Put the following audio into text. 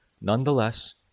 Nonetheless